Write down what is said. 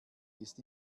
ist